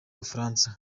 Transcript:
bufaransa